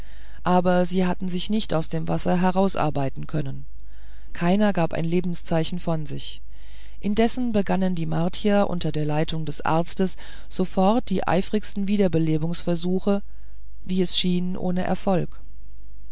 aber sie hatten sich nicht aus dem wasser herausarbeiten können keiner gab ein lebenszeichen von sich indessen begannen die martier unter leitung des arztes sofort die eifrigsten wiederbelebungsversuche wie es schien ohne erfolg